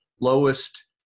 lowest